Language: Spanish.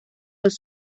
los